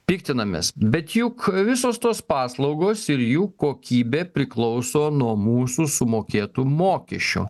piktinamės bet juk visos tos paslaugos ir jų kokybė priklauso nuo mūsų sumokėtų mokesčių